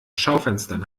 schaufenstern